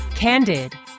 Candid